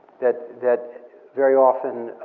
that that very often